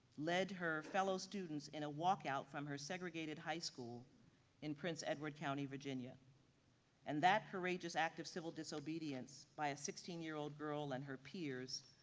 led her fellow students in a walkout from her segregated high school in prince edward county, virginia and that courageous act of civil disobedience by a sixteen year old girl and her peers,